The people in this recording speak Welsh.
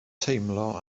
teimlo